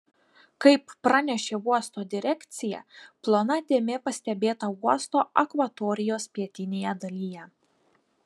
kaip pranešė uosto direkcija plona dėmė pastebėta uosto akvatorijos pietinėje dalyje